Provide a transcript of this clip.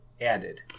added